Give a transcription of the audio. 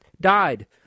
died